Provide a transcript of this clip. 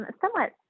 somewhat